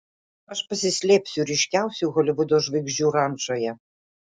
aš pasislėpsiu ryškiausių holivudo žvaigždžių rančoje